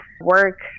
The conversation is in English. work